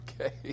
Okay